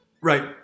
right